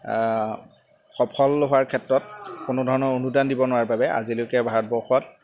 সফল হোৱাৰ ক্ষেত্ৰত কোনো ধৰণৰ অনুদান দিব নোৱাৰাৰ বাবে আজিলৈকে ভাৰতবৰ্ষত